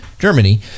Germany